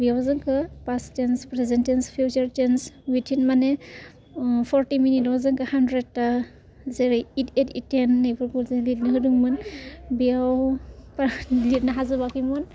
बेयाव जोंखौ past tense present tense future tense within माने फर्टि मिनिटसआव जोंखौ हान्ड्रेड था जेरै इट एट इटेन होन्नायफोरखौ लिरनो होदोंमोन बेयाव बारा लिरनो हाजोबाखैमोन